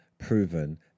Proven